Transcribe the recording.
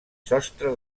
sostre